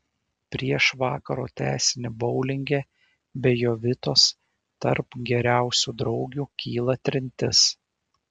prieš vakaro tęsinį boulinge be jovitos tarp geriausių draugių kyla trintis